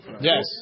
Yes